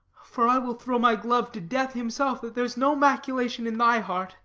for i will throw my glove to death himself that there's no maculation in thy heart